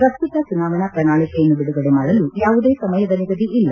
ಪ್ರಸ್ತುತ ಚುನಾವಣಾ ಪ್ರಣಾಳಿಕೆಯನ್ನು ಬಿಡುಗಡೆ ಮಾಡಲು ಯಾವುದೇ ಸಮಯದ ನಿಗದಿ ಇಲ್ಲ